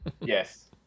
Yes